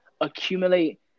accumulate